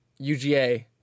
UGA